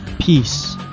Peace